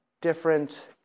different